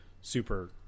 super